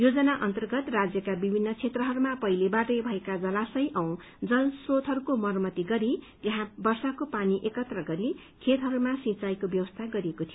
योजना अन्तर्गत राज्यका विभिन्न क्षेत्रहरूमा पहिलेबाटै भएका जलाशय औ जल श्रोतहरूको मरम्मति गरी त्यहाँ वर्षाको पानी एकत्र गरी खेतहरूमा सिंचाईको व्यवस्था गरिएको थियो